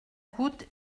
coûte